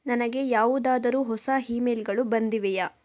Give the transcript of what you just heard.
ನನಗೆ ಯಾವುದಾದರು ಹೊಸ ಹೀಮೇಲ್ಗಳು ಬಂದಿವೆಯೇ